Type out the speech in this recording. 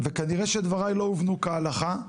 כנראה שדבריי לא הובנו כהלכה,